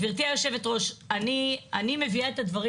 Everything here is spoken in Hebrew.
גברתי היושבת ראש, אני מביאה את הדברים